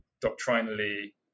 doctrinally